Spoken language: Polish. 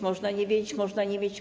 Można nie wiedzieć, można nie mieć.